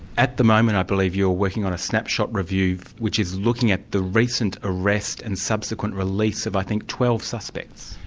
at the moment i believe you are working on a snapshot review which is looking at the recent arrest and subsequent release of i think twelve suspects?